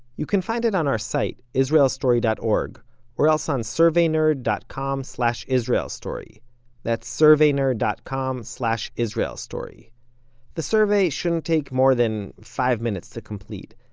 you can find it on our site, israelstory dot org or else on surveynerd dot com slash israelstory, that's surveynerd dot com slash israelstory. the survey shouldn't take more than five minutes to complete,